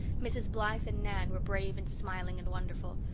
mrs. blythe and nan were brave and smiling and wonderful.